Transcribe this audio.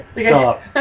Stop